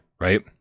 right